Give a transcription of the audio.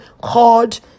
called